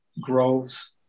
Groves